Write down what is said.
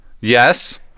Yes